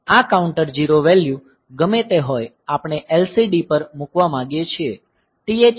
આ counter 0 value ગમે તે હોય આપણે LCD પર મૂકવા માંગીએ છીએ